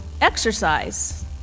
exercise